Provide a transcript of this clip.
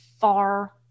far